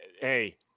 hey